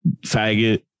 faggot